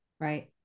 right